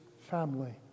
family